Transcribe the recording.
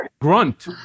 grunt